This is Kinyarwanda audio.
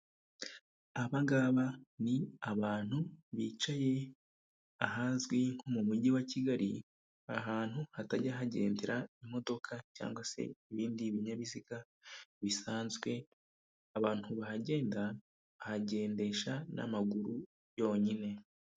Aba ngaba ni abantu bicaye ahazwi nko mu mujyi wa Kigali, ahantu hatajya hagendera imodoka cyangwa se ibindi binyabiziga bisanzwe, abantu bahagenda bahagendesha n'amaguru yonyine.